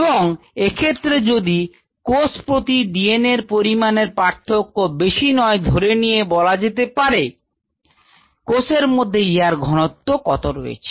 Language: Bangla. এবং এক্ষেত্রে যদি কোষ প্রতি DNA এর পরিমাণ এর পার্থক্য বেশি নয় ধরে নিয়ে বলা যেতে পারে কোষের মধ্যে ইহার ঘনত্ব কত রয়েছে